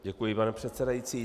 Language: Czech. Děkuji, pane předsedající.